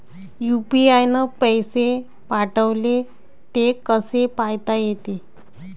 UPI न पैसे पाठवले, ते कसे पायता येते?